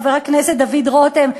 חבר הכנסת דוד רותם,